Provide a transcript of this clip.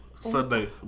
Sunday